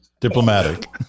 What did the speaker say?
diplomatic